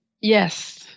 yes